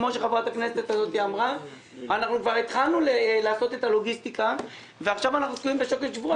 כבר התחלנו לעשות את הלוגיסטיקה ועכשיו אנחנו נמצאים מול שוקת שבורה.